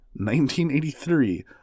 1983